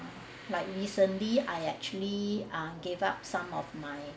like recently I actually ah gave up some of my